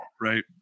Right